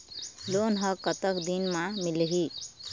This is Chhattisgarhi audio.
लोन ह कतक दिन मा मिलही?